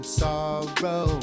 sorrow